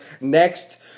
next